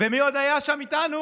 ומי עוד היה שם איתנו?